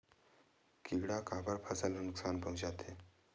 किड़ा काबर फसल ल नुकसान पहुचाथे?